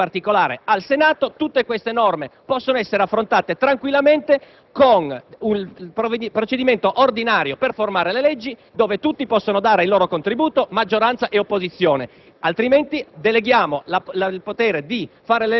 che sottrae la facoltà legislativa alle Camere e in particolare al Senato. Tutte queste norme possono essere affrontate tranquillamente con il procedimento ordinario di formazione delle leggi, in cui tutti possono offrire il proprio contributo, maggioranza e opposizione;